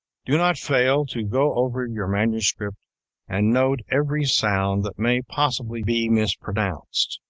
do not fail to go over your manuscript and note every sound that may possibly be mispronounced.